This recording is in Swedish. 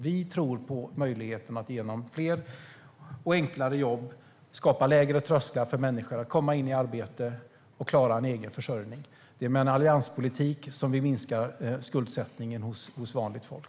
Vi tror på möjligheten att genom fler och enklare jobb skapa lägre trösklar för människor att komma in i arbete och klara en egen försörjning. Det är med en allianspolitik som vi minskar skuldsättningen hos vanligt folk.